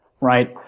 right